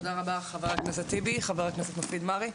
תודה רבה חבר הכנסת טיבי, חבר הכנסת מופיד מרעי.